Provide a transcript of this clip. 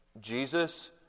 Jesus